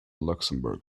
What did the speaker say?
luxembourg